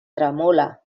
tremola